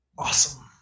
Awesome